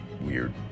weird